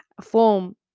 form